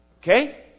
Okay